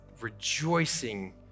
rejoicing